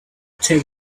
take